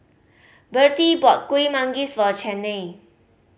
Bertie bought Kuih Manggis for Chaney